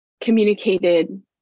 communicated